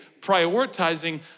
prioritizing